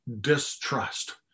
distrust